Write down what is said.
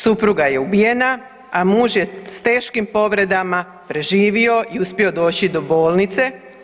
Supruga je ubijena, a muž je s teškim povredama preživio i uspio doći do bolnice.